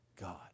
God